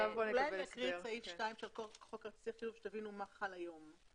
אולי נקריא את סעיף 2 של חוק כרטיסי חיוב כדי שתבינו מה חל היום,